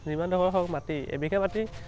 যিমান ধৰক হওক মাটি এবিঘা মাটি